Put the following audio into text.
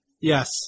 Yes